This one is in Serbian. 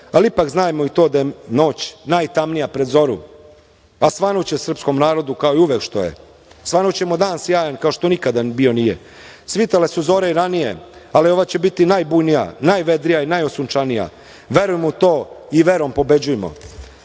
ali ipak znajmo i to da je noć najtamnija pred zoru, a svanuće srpskom narodu, kao i uvek što je. Svanuće mu dan sjajan, kao što nikada bio nije. Svitale su zore i ranije, ali ova će biti najbujnija, najvedrija i najosunčanija. Verujmo u to i verom pobeđujmo. Jedan